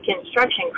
construction